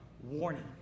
warning